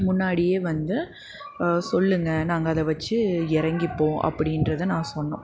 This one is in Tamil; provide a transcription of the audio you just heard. முன்னாடியே வந்து சொல்லுங்கள் நாங்கள் அதை வச்சு இறங்கிப்போம் அப்படின்றத நான் சொன்னோம்